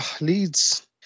Leeds